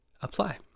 apply